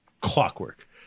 Clockwork